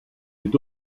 est